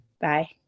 Bye